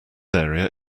area